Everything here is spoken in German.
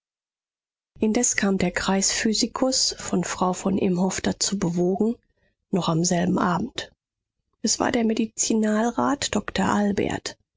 indes kam der kreisphysikus von frau von imhoff dazu bewogen noch am selben abend es war der medizinalrat doktor albert